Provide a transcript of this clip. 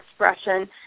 expression